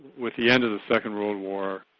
with the end of the second world war,